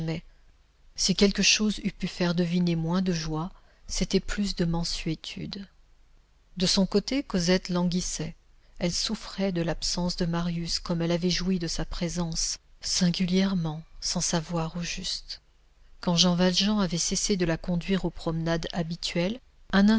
si quelque chose eût pu faire deviner moins de joie c'était plus de mansuétude de son côté cosette languissait elle souffrait de l'absence de marius comme elle avait joui de sa présence singulièrement sans savoir au juste quand jean valjean avait cessé de la conduire aux promenades habituelles